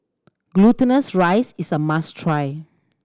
Glutinous Rice Cake is a must try